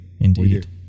indeed